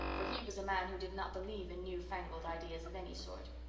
for he was a man who did not believe in new-fangled ideas of any sort.